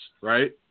right